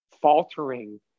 faltering